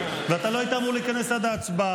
ואתה לא היית אמור להיכנס עד ההצבעה,